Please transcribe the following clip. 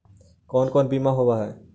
कोन कोन बिमा होवय है?